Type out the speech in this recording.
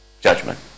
judgment